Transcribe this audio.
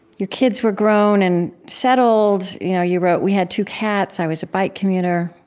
your kids were grown and settled. you know you wrote, we had two cats. i was a bike commuter.